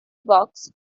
box